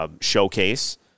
showcase